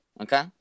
okay